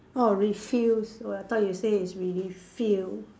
oh refuse oh I thought you say is refill